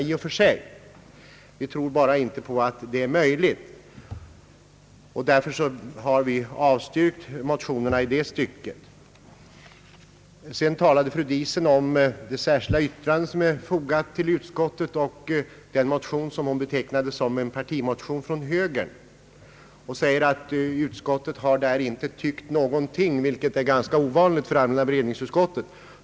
Vi tror bara inte på att någonting står att vin na på den vägen, och därför har vi avstyrkt motionerna i det stycket. Fru Diesen talade om det särskilda yttrande som är fogat till utlåtandet och den motion som hon betecknade som en partimotion från högern. Hon sade att utskottet inte har tyckt någonting, vilket är ganska ovanligt för allmänna beredningsutskottet.